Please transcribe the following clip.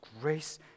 grace